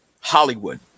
Hollywood